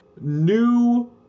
new